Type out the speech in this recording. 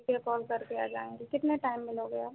ठीक है कॉल करके आ जाएँगे कितने टाइम मिलोगे आप